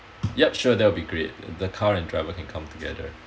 yup sure that will be great the the car and driver can come together